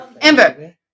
Amber